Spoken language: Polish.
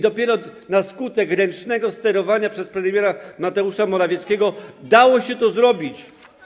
Dopiero na skutek ręcznego sterowania przez premiera Mateusza Morawieckiego dało się to zrobić.